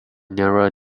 nearer